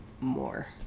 more